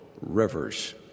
rivers